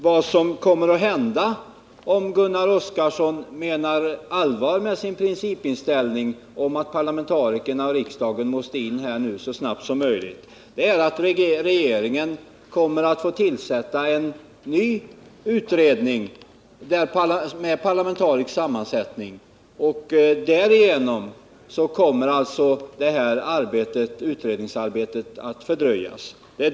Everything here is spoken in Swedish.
Vad som kommer att hända, om Gunnar Oskarson menar allvar med sin principiella inställning att parlamentarikerna och riksdagen måste in här så snabbt som möjligt, är att regeringen måste tillsätta en ny utredning med parlamentarisk sammansättning. Därigenom kommer utredningsarbetet att fördröjas.